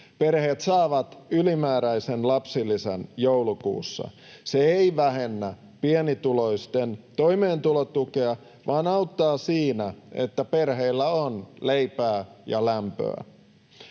Perheet saavat ylimääräisen lapsilisän joulukuussa. Se ei vähennä pienituloisten toimeentulotukea, vaan auttaa siinä, että perheillä on leipää ja lämpöä.